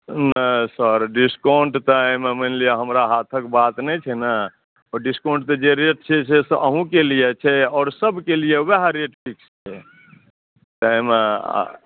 नहि sir discount तऽ एहिमे मानि लियऽ हमरा हाथक बात नहि छै ने ओ डिस्काउंट तऽ जे रेट छै से अहूँ के लिये छै आओर सबके लिये वएह रेट फिक्स छै एहिमे